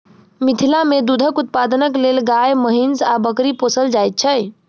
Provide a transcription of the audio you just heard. मिथिला मे दूधक उत्पादनक लेल गाय, महीँस आ बकरी पोसल जाइत छै